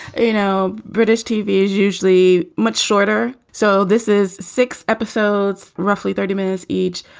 you know, british tv is usually much shorter. so this is six episodes, roughly thirty minutes each.